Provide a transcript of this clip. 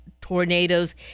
tornadoes